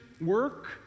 work